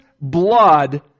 blood